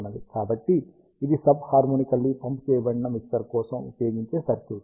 కాబట్టి ఇది sub harmonically pump చేయబడిన మిక్సర్ కోసం ఉపయోగించే సర్క్యూట్